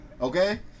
Okay